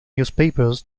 newspapers